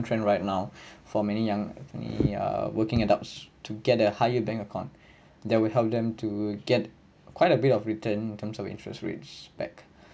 current trend right now for many young ya working adults to get a high yield bank account that will help them to get quite a bit of return in terms of interest rates back